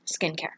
skincare